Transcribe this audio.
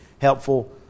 helpful